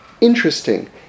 interesting